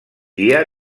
dia